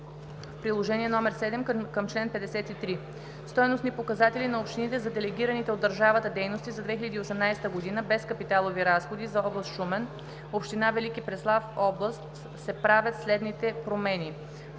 Приложение № 7 към чл. 53 – „Стойностни показатели на общините за делегираните от държавата дейности за 2018 г. (без капиталови разходи)“ за област Шумен, община Велики Преслав, област се правят следните промени: